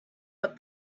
but